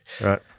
right